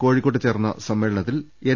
കോഴിക്കോട്ട് ചേർന്ന സമ്മേളനത്തിൽ എൻ